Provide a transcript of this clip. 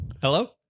Hello